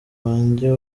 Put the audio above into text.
wanjye